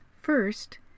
First